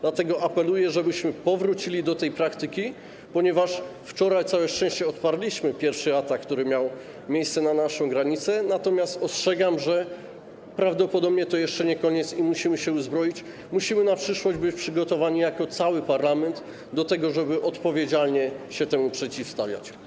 Dlatego apeluję, żebyśmy powrócili do tej praktyki, ponieważ wczoraj na całe szczęście odparliśmy pierwszy atak na naszą granicę, który miał miejsce, ale ostrzegam, że prawdopodobnie to jeszcze nie koniec i musimy się uzbroić, musimy na przyszłość być przygotowani jako cały parlament do tego, żeby odpowiedzialnie się temu przeciwstawiać.